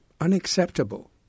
unacceptable